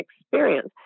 experience